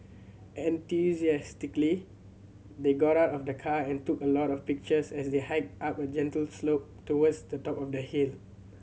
enthusiastically they got out of the car and took a lot of pictures as they hiked up a gentle slope towards the top of the hill